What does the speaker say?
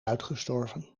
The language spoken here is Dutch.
uitgestorven